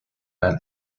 man